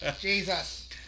Jesus